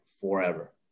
forever